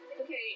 Okay